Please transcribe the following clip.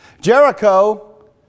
Jericho